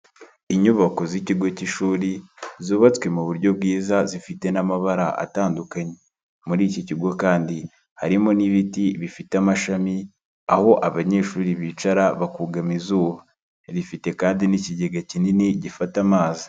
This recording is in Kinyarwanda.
Inyubako z'ikigo k'ishuri zubatswe mu buryo bwiza zifite n'amabara atandukanye, muri iki kigo kandi harimo n'ibiti bifite amashami aho abanyeshuri bicara bakugama izuba. Rifite kandi n'ikigega kinini gifata amazi.